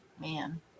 Man